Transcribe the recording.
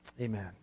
amen